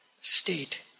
state